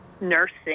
nursing